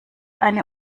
eine